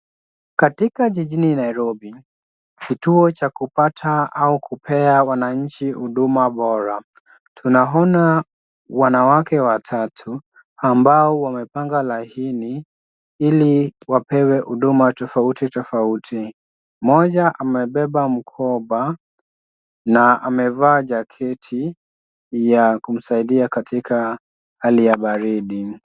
Katika jijini Nairobi, kituo cha kupata au kupea wananchi huduma bora. Tunaona wanawake watatu ambao wamepanga laini ili wapewe huduma tofauti tofauti. Moja amebeba mkoba na amevaa jaketi ya kumsaidia katika hali ya baridi.